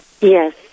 Yes